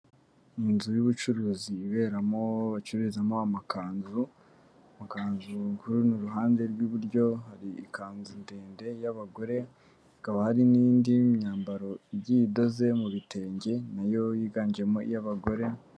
Inzu y'ubucuruzi iberamo bacururizamo amakanzu. Amakanzugu kuri runo ruhande hari ikanzu ndende y'abagore, ikaba hari n'indi myambaro igiye idoze mu bitenge nayo yiganjemo iy'abagore.